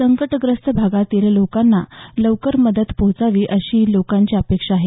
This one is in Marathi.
संकटग्रस्त भागांतील लोकांना लवकर मदत पोहोचावी अशी लोकांची अपेक्षा आहे